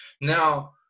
Now